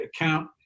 account